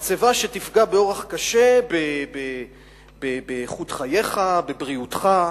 מחצבה שתפגע באורח קשה באיכות חייך, בבריאותך,